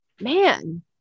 man